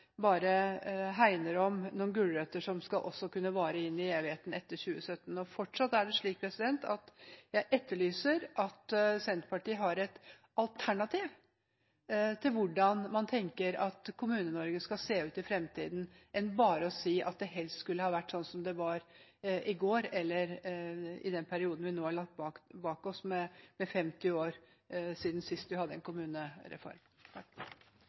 hegner bare om noen gulrøtter som skal vare inn i evigheten etter 2017. Fortsatt etterlyser jeg et alternativ fra Senterpartiet til hvordan man tenker seg at Kommune-Norge skal se ut i fremtiden, og at de ikke bare sier at det helst skulle vært slik det var i går eller i den perioden vi nå har lagt bak oss, med 50 år siden vi sist hadde en kommunereform.